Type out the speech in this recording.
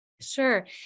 Sure